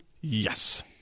Yes